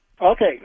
Okay